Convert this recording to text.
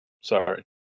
Sorry